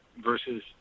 versus